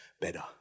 better